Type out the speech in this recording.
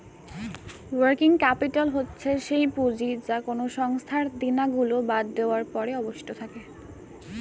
working capital হচ্ছে সেই পুঁজি যা কোনো সংস্থার দেনা গুলো বাদ দেওয়ার পরে অবশিষ্ট থাকে